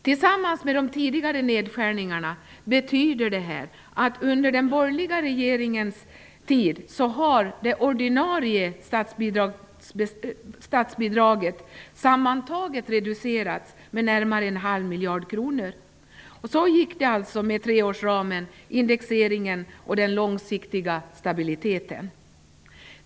Tillsammans med de tidigare nedskärningarna betyder det här att under den borgerliga regeringens tid har det ordinarie statsbidraget sammantaget reducerats med närmare en halv miljard kronor. Så gick det alltså med treårsramen, indexeringen och den långsiktiga stabiliteten.